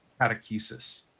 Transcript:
catechesis